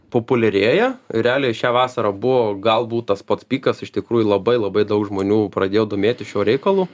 populiarėja realiai šią vasarą buvo galbūt tas pats pikas iš tikrųjų labai labai daug žmonių pradėjo domėtis šiuo reikalu